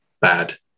bad